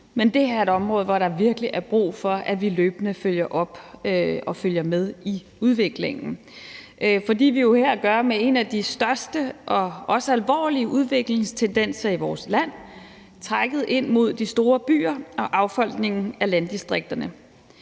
Men det her er et område, hvor der virkelig er brug for, at vi løbende følger op og følger med i udviklingen. For vi har jo her at gøre med en af de største og også alvorlige udviklingstendenser i vores land: trækket ind mod de store byer og affolkningen af landdistrikterne.